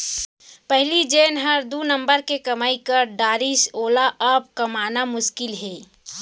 पहिली जेन हर दू नंबर के कमाई कर डारिस वोला अब कमाना मुसकिल हे